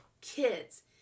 kids